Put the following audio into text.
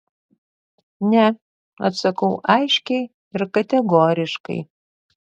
ne atsakau aiškiai ir kategoriškai